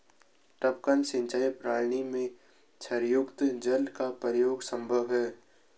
टपकन सिंचाई प्रणाली में क्षारयुक्त जल का प्रयोग संभव है